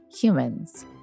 humans